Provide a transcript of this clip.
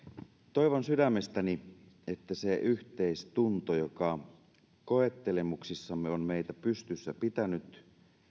toivon sydämestäni että se yhteistunto joka koettelemuksissamme on meitä pystyssä pitänyt